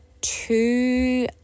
two